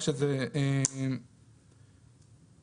ליאת